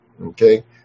Okay